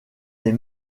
des